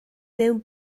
mewn